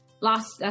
last